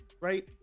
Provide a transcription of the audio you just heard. right